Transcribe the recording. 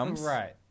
Right